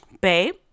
babe